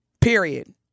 Period